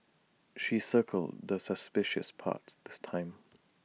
she circled the suspicious parts this time